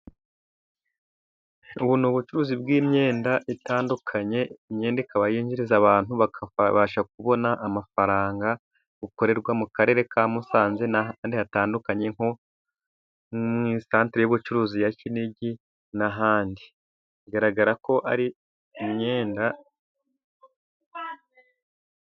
Ubu ni ubucuruzi bw'imyenda itandukanye. Imyenda ikaba yinjiriza abantu bakabasha kubona amafaranga. Bukorerwa mu karere ka Musanze n'ahandi hatandukanye nko mu isantere y'ubucuruzi ya Kinigi n'ahandi. Bigaragara ko ari imyenda.